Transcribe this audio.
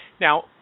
Now